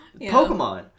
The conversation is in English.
Pokemon